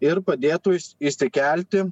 ir padėtų iš išsikelti